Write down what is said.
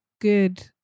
good